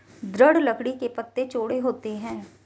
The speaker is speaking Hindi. दृढ़ लकड़ी के पत्ते चौड़े होते हैं